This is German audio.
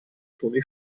toni